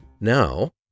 Now